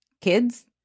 kids